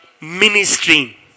ministry